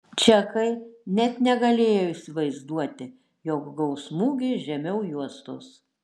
čekai net negalėjo įsivaizduoti jog gaus smūgį žemiau juostos